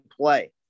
play